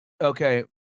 okay